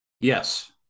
Yes